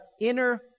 inner